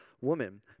woman